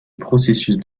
processus